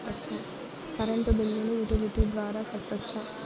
Current బిల్లును utility ద్వారా కట్టొచ్చా?